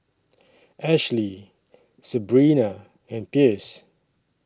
Ashlee Sebrina and Pierce